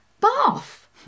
Bath